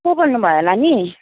को बोल्नुभयो होला नि